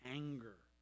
anger